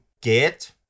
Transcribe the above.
get